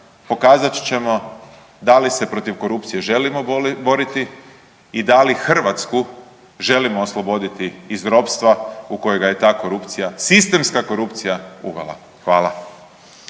pokazat ćemo da li se protiv korupcije želimo boriti i da li Hrvatsku želimo osloboditi iz ropstva u koje ga je ta korupcija, sistemska korupcija uvela. Hvala.